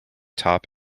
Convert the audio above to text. top